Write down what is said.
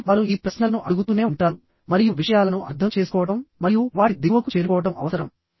కాబట్టి వారు ఈ ప్రశ్నలను అడుగుతూనే ఉంటారు మరియు విషయాలను అర్థం చేసుకోవడం మరియు వాటి దిగువకు చేరుకోవడం అవసరం